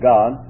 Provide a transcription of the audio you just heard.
God